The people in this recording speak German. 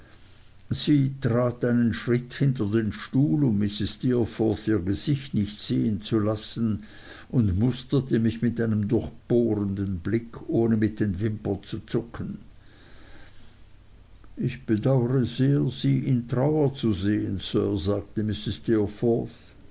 einen schritt hinter den stuhl um mrs steerforth ihr gesicht nicht sehen zu lassen und musterte mich mit einem durchbohrenden blick ohne mit den wimpern zu zucken ich bedauere sehr sie in trauer zu sehen sir sagte mrs